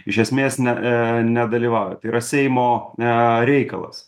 iš esmės ne e nedalyvauja tai yra seimo a reikalas